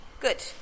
Good